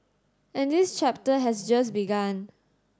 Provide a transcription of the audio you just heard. and this chapter has just begun